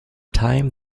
time